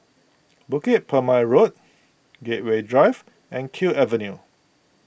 Bukit Purmei Road Gateway Drive and Kew Avenue